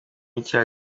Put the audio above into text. icyaha